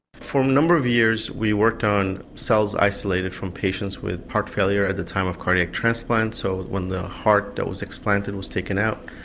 for a number of years we worked on cells isolated from patients with heart failure at the time of cardiac transplants or when the heart that was explanted was taken out.